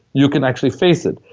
you can actually face it.